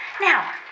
Now